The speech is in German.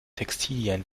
textilien